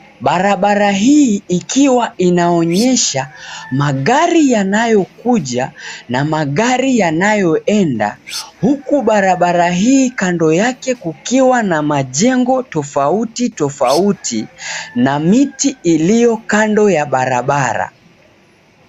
Barabara hii ikiwa inaonyesha magari yanayokuja na magari yanayoenda, huku barabara hii kando yake kukiwa na majengo tofauti tofauti na miti iliyo kando ya barabara.